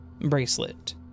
bracelet